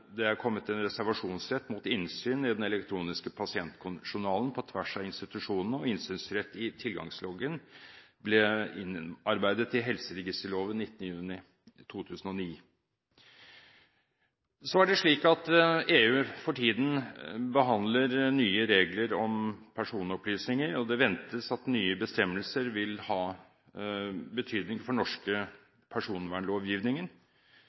det er kommet en reservasjonsrett mot innsyn i den elektroniske pasientjournalen på tvers av institusjonene, og innsynsrett i tilgangsloggen ble innarbeidet i helseregisterloven 19. juni 2009. EU behandler for tiden nye regler om personopplysninger, og det ventes at nye bestemmelser vil ha betydning for